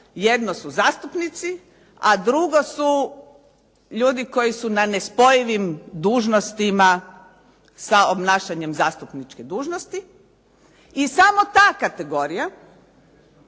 Jedno su zastupnici, a drugo su ljudi koji su na nespojivim dužnostima sa obnašanjem zastupničke dužnosti i samo ta kategorija